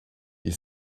die